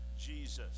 Jesus